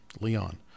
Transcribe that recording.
Leon